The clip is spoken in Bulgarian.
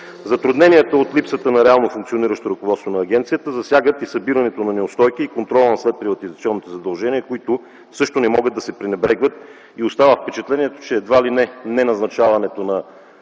Затрудненията от липсата на реално функциониращо ръководство на агенцията засягат и събирането на неустойки и контрол на следприватизационните задължения, които също не могат да се пренебрегват. Остава се с впечатлението, че едва ли не неназначаването на